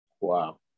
wow